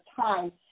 time